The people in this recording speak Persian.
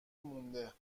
مونده